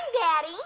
Daddy